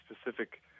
specific